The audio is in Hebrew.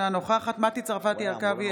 אינה נוכחת מטי צרפתי הרכבי,